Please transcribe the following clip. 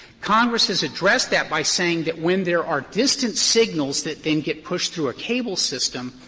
congress has addressed that by saying that when there are distance signals that then get pushed through a cable system,